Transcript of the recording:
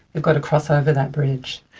we've got to cross over that bridge.